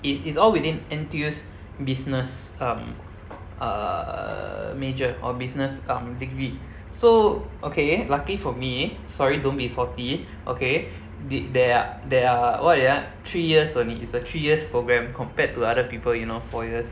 is is all within N_T_U's business um err major or business um degree so okay lucky for me sorry don't be salty okay the~ there are there are what they are three years only is a three years programme compared to other people you know four years